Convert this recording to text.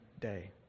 day